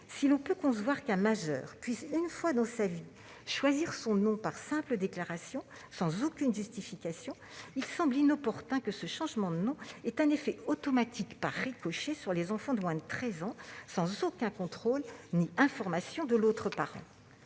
Si l'on peut concevoir qu'un majeur puisse, une fois dans sa vie, choisir son nom par simple déclaration, sans aucune justification, il semble inopportun que ce changement de nom ait un effet automatique, par ricochet, sur les enfants de moins de 13 ans, sans aucun contrôle ni aucune information de l'autre parent.